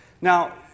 Now